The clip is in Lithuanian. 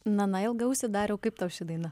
na na ilgaausi dariau kaip tau ši daina